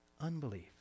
unbelief